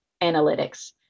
analytics